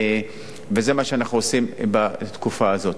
וזה מה שאנחנו עושים בתקופה הזאת.